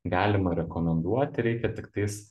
galima rekomenduoti reikia tiktais